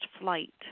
flight